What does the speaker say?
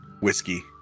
whiskey